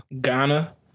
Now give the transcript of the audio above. Ghana